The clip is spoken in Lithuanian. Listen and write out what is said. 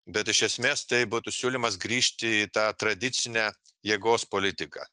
bet iš esmės tai būtų siūlymas grįžti į tą tradicinę jėgos politiką